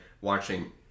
watching